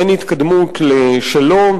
אין התקדמות לשלום,